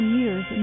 years